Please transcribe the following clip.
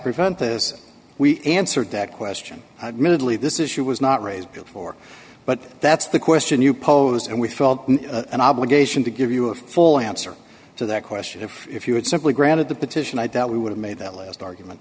prevent this we answered that question moodley this issue was not raised before but that's the question you posed and we felt an obligation to give you a full answer to that question if if you had simply granted the petition i doubt we would have made that last argument